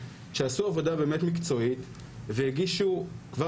שעשו עבודה באמת מקצועית והגישו כבר